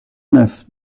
neuf